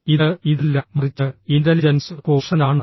ഇത് ഇതല്ല മറിച്ച് ഇന്റലിജൻസ് ക്വോഷന്റ് ആണ്